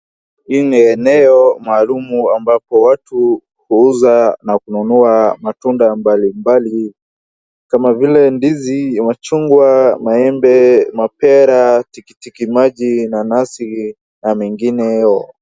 Hii ni eneo maalumu ambapo watu huuza na kununua matunda mbalimbali, kama vile ndizi, machungwa, maembe, mapera na tikiti maji, nanasi na mengineo .